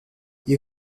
you